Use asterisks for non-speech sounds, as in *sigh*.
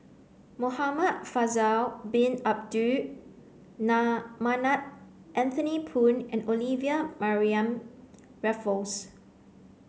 Muhamad Faisal bin Abdul *unintelligible* Manap Anthony Poon and Olivia Mariamne Raffles